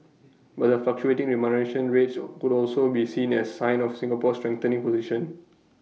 but the fluctuating remuneration rates could also be seen as A sign of Singapore's strengthening position